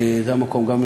וזה המקום גם,